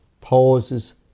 pauses